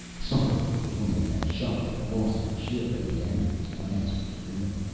sorrow for the woman and shock at the loss of the ship and the end of his plans for freedom.